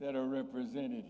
that are represented